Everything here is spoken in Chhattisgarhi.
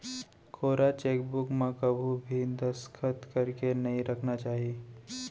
कोरा चेकबूक म कभू भी दस्खत करके नइ राखना चाही